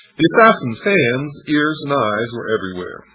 the assassins' hands, ears and eyes were everywhere.